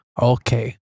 okay